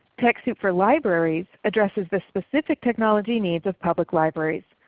techsoup for libraries addresses the specific technology needs of public libraries.